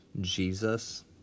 Jesus